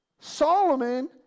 Solomon